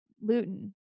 Luton